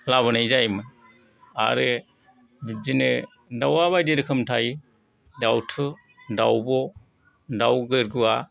लाबोनाय जायोमोन आरो बिब्दिनो दाउआ बायदि रोखोमनि थायो दाउथु दावब' दाव गेरगुवा